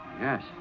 Yes